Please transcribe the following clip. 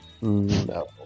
No